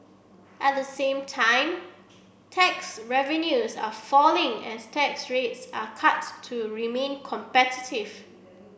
at the same time tax revenues are falling as tax rates are cuts to remain competitive